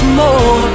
more